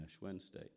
Wednesday